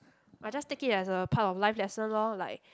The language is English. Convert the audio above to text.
I just take it as a part of life lesson lor like